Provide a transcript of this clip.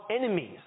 enemies